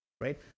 right